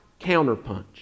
counterpunch